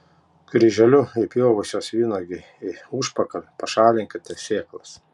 kryželiu įpjovusios vynuogei į užpakalį pašalinkite sėklas